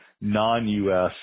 non-U.S